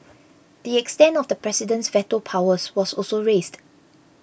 the extent of the president's veto powers was also raised